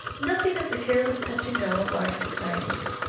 nothing of the careless touch-and-go of larger societies.